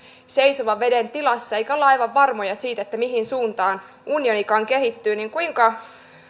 seisovan veden tilassa eikä olla aivan varmoja mihin suuntaan unionikaan kehittyy niin kuinka